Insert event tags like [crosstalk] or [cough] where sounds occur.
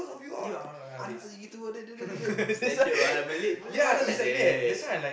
you anak lagi tua [noise] standard one Malay Malay mother like that